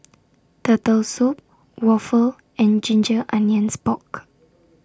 Turtle Soup Waffle and Ginger Onions Pork